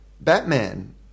Batman